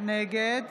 נגד